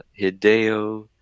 Hideo